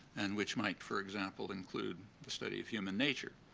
and which might, for example, include the study of human nature.